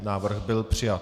Návrh byl přijat.